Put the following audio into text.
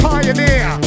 Pioneer